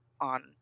on